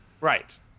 right